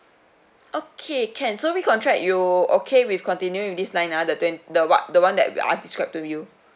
okay can so recontract you okay with continuing with this line ah the twen~ the what the one that I describe to you